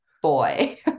Boy